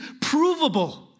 provable